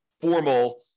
formal